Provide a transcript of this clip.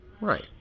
Right